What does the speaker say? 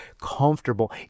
comfortable